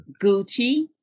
gucci